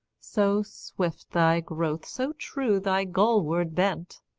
so swift thy growth, so true thy goalward bent,